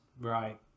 right